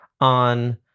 on